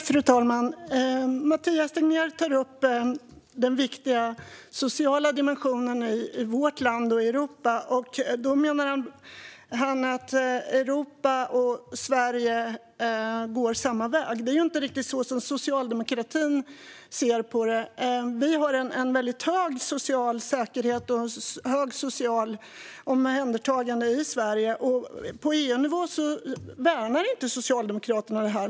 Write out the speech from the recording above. Fru talman! Mathias Tegnér tar upp den viktiga sociala dimensionen i vårt land och i Europa och menar att Europa och Sverige går samma väg. Men det är ju inte riktigt så socialdemokratin ser på det. Vi har en väldigt hög social säkerhet och högt socialt omhändertagande i Sverige, men på EU-nivå värnar inte Socialdemokraterna detta.